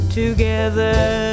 together